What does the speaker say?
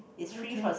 okay